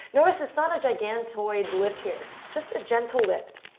notice it's not a gigantoid lift here. just a gentle lift.